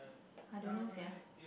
I don't know sia